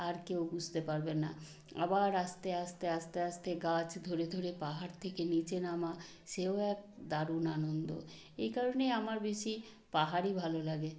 আর কেউ বুঝতে পারবে না আবার আস্তে আস্তে আস্তে আস্তে গাছ ধরে ধরে পাহাড় থেকে নীচে নামা সেও এক দারুণ আনন্দ এই কারণেই আমার বেশি পাহাড়ই ভালো লাগে